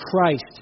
Christ